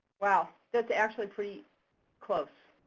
wow, that's actually pretty close.